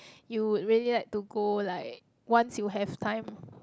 you would really like to go like once you have time